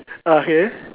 ah okay